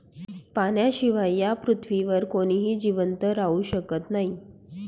पाण्याशिवाय या पृथ्वीवर कोणीही जिवंत राहू शकत नाही